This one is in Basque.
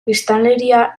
biztanleria